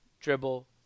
dribble